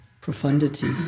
profundity